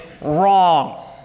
wrong